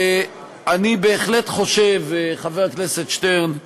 ואני בהחלט חושב, חבר הכנסת שטרן,